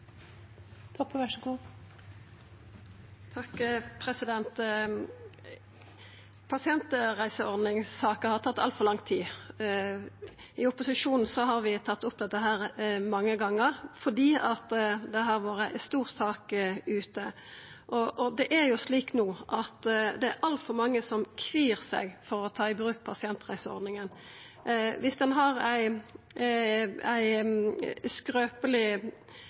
Pasientreiseordningssaka har tatt altfor lang tid. I opposisjonen har vi tatt opp dette mange gonger, for det har vore ei stor sak ute. Det er jo slik no at det er altfor mange som kvir seg for å ta i bruk pasientreiseordninga. Viss ein har ein skrøpeleg